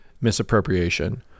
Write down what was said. misappropriation